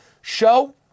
show